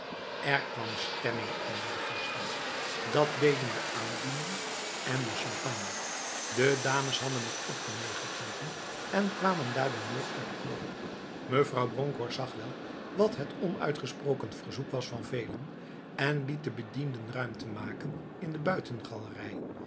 er kwam stemming onder de gasten dat deden de aandoening en de champagne de dames hadden er ook van meegedronken en kwamen daardoor meer uit de plooi mevrouw bronkhorst zag wel wat het onuitgesproken verzoek was van velen ze liet de bedienden ruimte maken in de